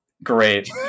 Great